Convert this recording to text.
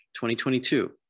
2022